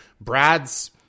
Brad's